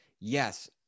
yes